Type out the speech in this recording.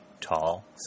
tall